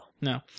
No